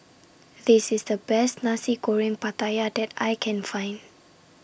This IS The Best Nasi Goreng Pattaya that I Can Find